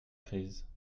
crise